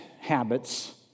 habits